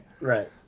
Right